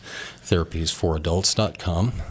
TherapiesForAdults.com